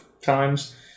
Times